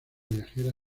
viajera